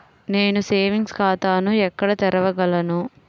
నేను సేవింగ్స్ ఖాతాను ఎలా తెరవగలను?